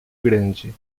grande